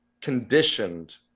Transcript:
conditioned